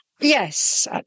Yes